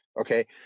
Okay